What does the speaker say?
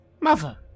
mother